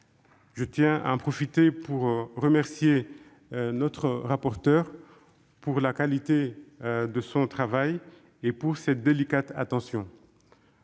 J'en profite pour remercier notre rapporteur de la qualité de son travail et de cette délicate attention.